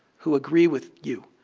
who agree with you.